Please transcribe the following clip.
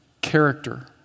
character